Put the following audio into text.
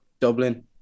Dublin